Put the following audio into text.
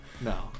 no